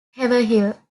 haverhill